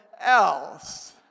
else